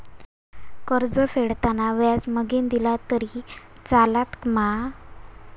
कर्ज फेडताना व्याज मगेन दिला तरी चलात मा?